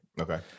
Okay